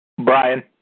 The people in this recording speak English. Brian